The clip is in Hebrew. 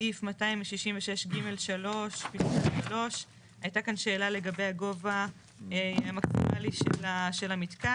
בסעיף 266 (ג) 3. הייתה כאן שאלה לגבי הגובה המקסימלי של המתקן.